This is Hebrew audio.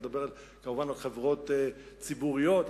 על חברות ציבוריות,